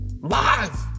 live